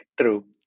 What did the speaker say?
True